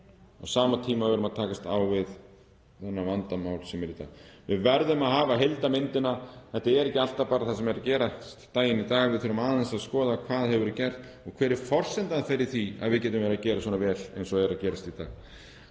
á sama tíma og við erum að takast á við vandamálin sem eru í dag. Við verðum að hafa heildarmyndina. Þetta er ekki alltaf bara það sem er að gerast daginn í dag. Við þurfum aðeins að skoða hvað hefur verið gert og hver forsendan er fyrir því að við getum verið að gera svona vel eins og er að gerast